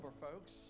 folks